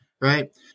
Right